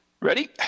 Ready